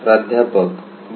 प्राध्यापक वा